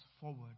forward